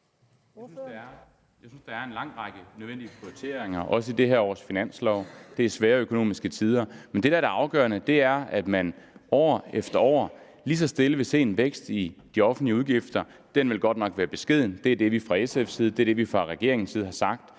Jeg synes, at der er en lang række nødvendige prioriteringer, også i det her års finanslov. Det er svære økonomiske tider. Men det, der er det afgørende, er, at man år efter år lige så stille vil se en vækst i de offentlige udgifter. Den vil godt nok være beskeden. Det er det, vi fra SF's side og fra regeringens side har sagt.